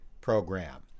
program